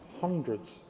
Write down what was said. hundreds